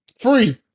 Free